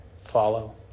follow